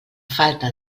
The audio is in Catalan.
falta